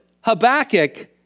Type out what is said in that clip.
Habakkuk